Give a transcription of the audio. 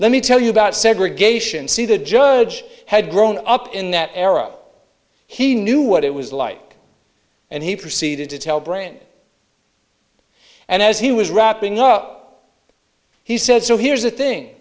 let me tell you about segregation see the judge had grown up in that era he knew what it was like and he proceeded to tell brain and as he was wrapping up he said so here's the thing